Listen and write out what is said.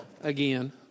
again